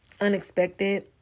unexpected